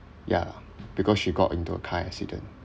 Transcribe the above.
yeah because she got into a car accident